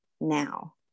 now